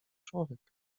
człowiek